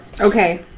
Okay